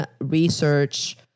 research